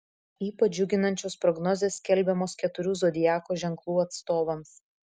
ypač džiuginančios prognozės skelbiamos keturių zodiako ženklų atstovams